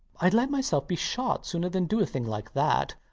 i'd let myself be shot sooner than do a thing like that.